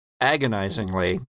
agonizingly